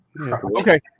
Okay